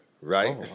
right